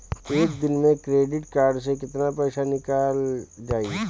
एक दिन मे क्रेडिट कार्ड से कितना पैसा निकल जाई?